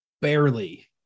Barely